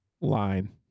line